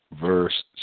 verse